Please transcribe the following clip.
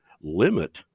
limit